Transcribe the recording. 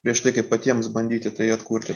prieš tai kai patiems bandyti tai atkurti